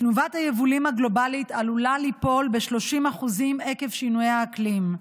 תנובת היבולים הגלובלית עלולה ליפול ב-30% עקב שינויי האקלים,